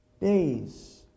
days